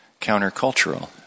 countercultural